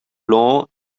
blanc